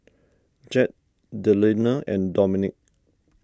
Jett Delina and Dominque